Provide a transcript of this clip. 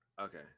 Okay